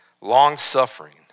long-suffering